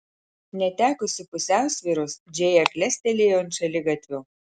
netekusi pusiausvyros džėja klestelėjo ant šaligatvio